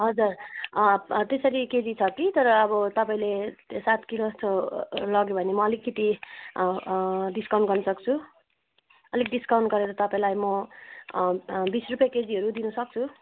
हजुर त्यसरी केजी छ कि तर अब तपाईँले सात किलो जस्तो लग्यो भने म अलिकति डिस्काउन्ट गर्नु सक्छु अलिक डिस्काउन्ट गरेर तपाईँलाई म बिस रुपियाँ केजीहरू दिनु सक्छु